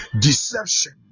deception